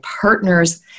partners